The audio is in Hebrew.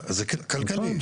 זה כלכלי.